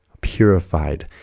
purified